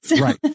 Right